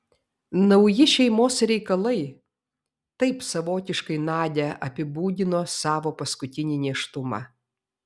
nauji šeimos reikalai taip savotiškai nadia apibūdino savo paskutinį nėštumą